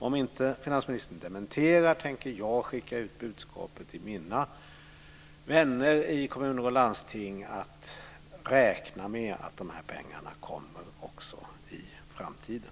Om inte finansministern dementerar tänker jag skicka ut budskapet till mina vänner i kommuner och landsting att de kan räkna med att pengarna kommer också i framtiden.